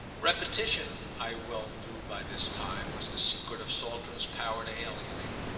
repetition, i well knew by this time, was the secret of saltram's power to alienate,